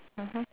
mmhmm